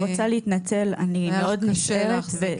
אני רוצה להתנצל, אני מאוד נסערת.